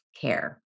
care